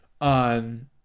on